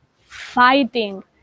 fighting